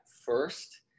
first